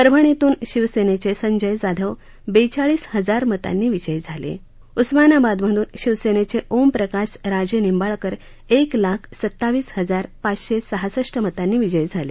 परभणीतून शिवसेनेचे संजय जाधव बेचाळीस हजार मतांनी विजयी झाले उस्मानाबाद मध्न शिवसेनेचे ओम प्रकाश राजेनिंबाळकर एक लाख सतावीस हजार पाचशे सहासष्ट मतांनी विजयी झाले